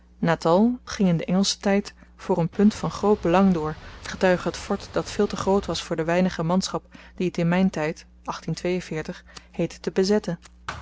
ging in den engelschen tyd voor n punt van groot belang door getuige het fort dat veel te groot was voor de weinige manschap die t in myn tyd heette te bezetten